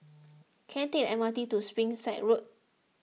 can I take the M R T to Springside Road